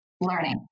learning